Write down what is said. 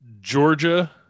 Georgia